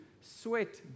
sweat